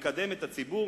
מקדם את הציבור,